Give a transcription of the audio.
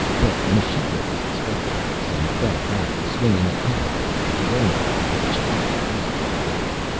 but m'shika was expecting this and fell back, swinging a counter-blow with his own club that ch'aka easily avoided.